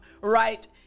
right